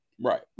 Right